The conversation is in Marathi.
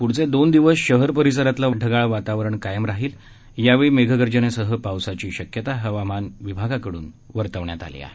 पुढील दोन दिवस शहर परिसरातलं ढगाळ वातावरण कायम राहणार असून यावेळी मेघगर्जनेसह पावसाची शक्यता हवामान विभागाकडून वर्तवण्यात आली आहे